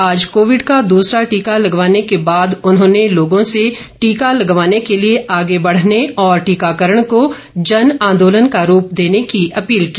आज कोविड का दूसरा टीका लगवाने के बाद उन्होंने लोगों से टीका लगवाने के लिए आगे बढ़ने और टीकाकरण को जन आंदोलन का रूप देने की अपील की